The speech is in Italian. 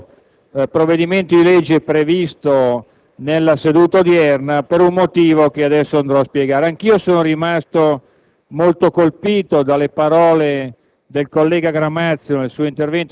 addivenire prima all'esame del successivo provvedimento di legge previsto nella seduta odierna, per un motivo che adesso andrò a spiegare. Anch'io sono rimasto